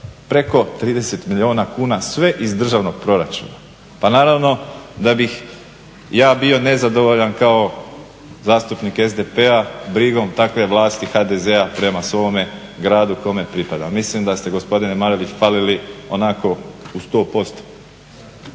Preko 30 milijuna kuna sve iz državnog proračuna. Pa naravno da bih ja bio nezadovoljan kao zastupnik SDP-a brigom takve vlasti HDZ-a prema svome gradu kome pripada. Mislim da ste gospodine Marelić falili onako u 100%.